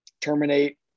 terminate